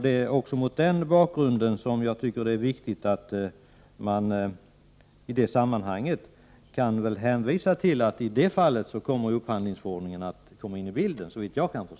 Det är också mot den bakgrunden som jag tycker att det är viktigt att upphandlingsförordningen kommer med i bilden — såvitt jag förstår.